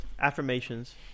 affirmations